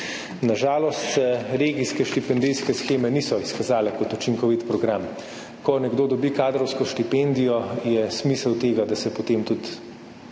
Na žalost se regijske štipendijske sheme niso izkazale kot učinkovit program. Ko nekdo dobi kadrovsko štipendijo, je smisel tega, da se potem tudi